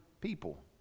people